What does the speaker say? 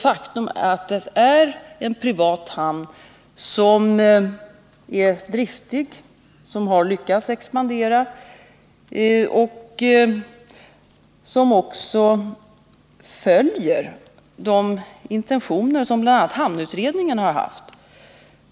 Faktum är att det är en privat hamn, som är driftigt skött, som har lyckats expandera och som följer de intentioner som bl.a. hamnutredningen har haft.